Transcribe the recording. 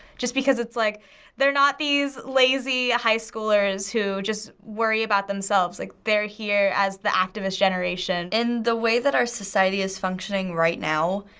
just because it's like they're not these lazy high schoolers who just worry about themselves. like they're here as the activist generation. in the way that our society is functioning right now,